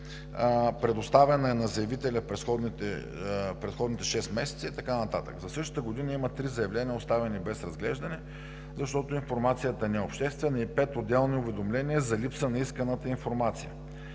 предоставяна е на заявителя в предходните шест месеца и така нататък. За същата година има три заявления, оставени без разглеждане, защото информацията не е обществена, и пет отделни уведомления за липса на исканата информация.